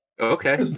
Okay